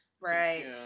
Right